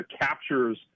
captures